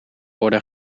worden